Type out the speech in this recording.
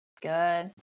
good